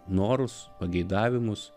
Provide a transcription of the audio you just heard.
norus pageidavimus